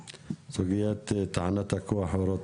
בסוגיית טענת הכוח אורות